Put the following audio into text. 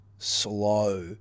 slow